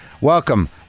welcome